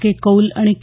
के कौल आणि के